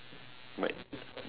might